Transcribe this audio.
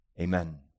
Amen